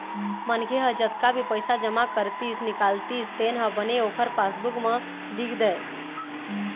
मनखे ह जतका भी पइसा जमा करतिस, निकालतिस तेन ह बने ओखर पासबूक म लिख दय